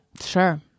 Sure